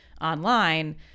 online